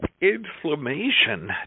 Inflammation